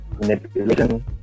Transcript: manipulation